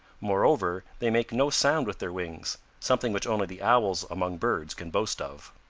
moreover, they make no sound with their wings, something which only the owls among birds can boast of.